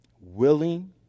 willing